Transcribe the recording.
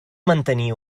mantenir